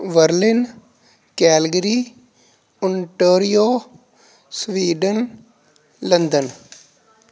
Berlin Calgary Ontario Sweden London